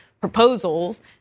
proposals